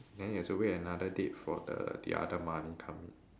then you have to wait another date for the the other money come in